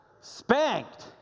spanked